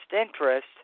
interest